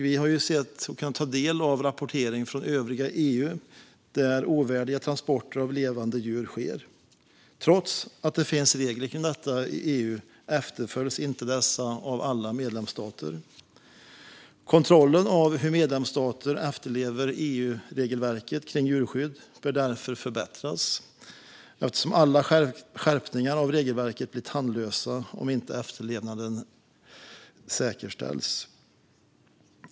Vi har sett och kan ta del av rapportering från övriga EU, där ovärdiga transporter av levande djur sker. Trots att det finns regler om detta i EU efterföljs de inte av alla medlemsstater. Kontrollen av hur medlemsstater efterlever EU-regelverket för djurskydd bör därför förbättras, eftersom alla skärpningar av regelverket blir tandlösa om efterlevnaden inte säkerställs.